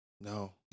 No